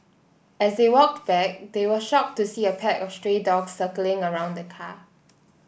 as they walked back they were shocked to see a pack of stray dogs circling around the car